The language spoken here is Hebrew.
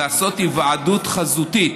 לעשות היוועדות חזותית